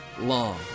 long